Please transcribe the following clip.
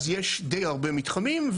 אז יש די הרבה מתחמים.